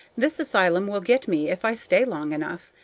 this asylum will get me if i stay long enough.